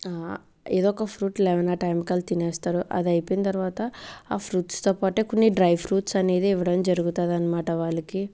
ఏదో ఒక fruit eleven ఆ టైంకి అలా తినేస్తారు అది అయిపోయిన తర్వాత ఆ ఫ్రూట్స్తో పాటే కొన్ని డ్రై ఫ్రూట్స్ అనేది ఇవ్వడం జరుగుతుంది అన్నమాట వాళ్ళకి